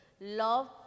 Love